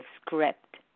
script